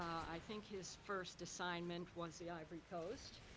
i think his first assignment was the ivory coast.